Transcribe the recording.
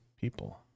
people